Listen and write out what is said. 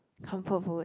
can't fall forward